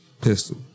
Pistol